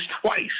twice